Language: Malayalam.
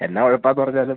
എന്നാ ഉഴപ്പാന്ന് പറഞ്ഞാലും